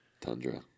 Tundra